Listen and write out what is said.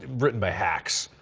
written by hacks.